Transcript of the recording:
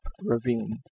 ravine